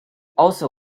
also